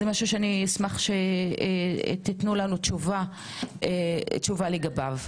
אשמח לתשובה מכם בעניין.